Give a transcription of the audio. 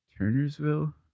Turnersville